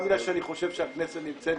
וגם בגלל שאני חושב שהכנסת נמצאת